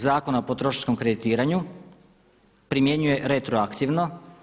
Zakona o potrošačkom kreditiranju primjenjuje retroaktivno.